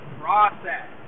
process